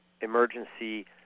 emergency